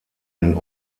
den